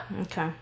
Okay